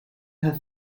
her